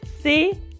See